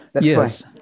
Yes